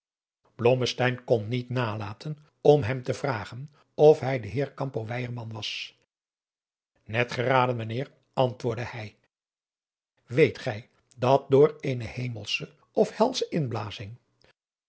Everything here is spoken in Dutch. kon niet nalaten om hem te vragen of hij de heer campo weyerman was net geraden mijnheer antwoordde hij weet gij dat door eene hemelsche of helsche inblazing